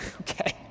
okay